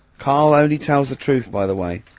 karl only tells the truth by the way.